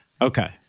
okay